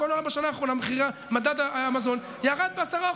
בכל העולם בשנה האחרונה מדד המזון ירד ב-10%.